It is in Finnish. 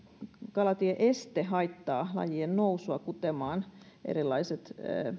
kalatie este haittaa lajien nousua kutemaan erilaiset